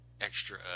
extra